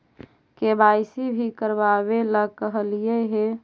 KYC भी करवावेला कहलिये हे?